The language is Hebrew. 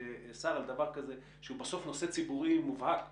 כששר על דבר כזה שהוא בסוף נושא ציבורי מובהק,